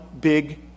big